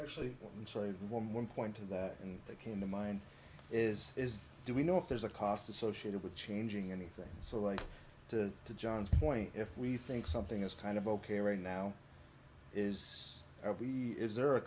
actually insulated one one point to that and that came to mind is is do we know if there's a cost associated with changing anything so like to john's point if we think something is kind of ok right now is is there a